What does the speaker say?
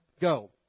go